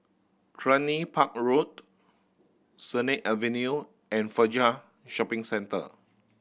Cluny Park Road Sennett Avenue and Fajar Shopping Centre